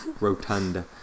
Rotunda